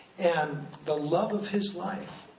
and the love of his life,